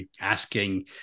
asking